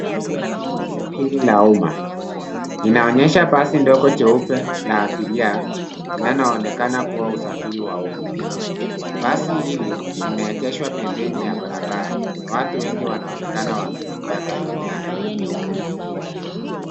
Gari la usafiri la umma. Inaonyesha basi ndogo jeupe la abiria, linaloonekana kuwa usafiri wa umma. Basi hili limeegeshwa pembeni ya barabara na watu wengi wanaonekana wakitembea karibu nalo.